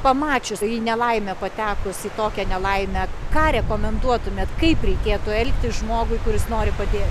pamačius į nelaimę patekus į tokią nelaimę ką rekomenduotumėt kaip reikėtų elgtis žmogui kuris nori padėt